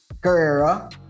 carrera